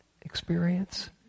experience